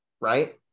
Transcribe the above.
right